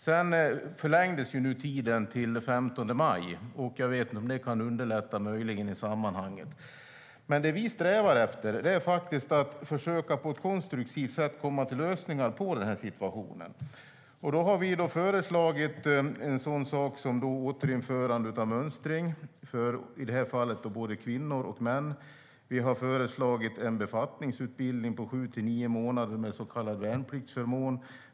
Tiden förlängdes sedan till den 15 maj, och jag vet inte om det möjligen kan underlätta i sammanhanget. Det vi strävar efter är att på ett konstruktivt sätt försöka komma fram till lösningar på den här situationen. Vi har föreslagit en sådan sak som återinförande av mönstring för i det här fallet både kvinnor och män. Vi har föreslagit en befattningsutbildning på sju till nio månader med så kallad värnpliktsförmån.